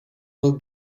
will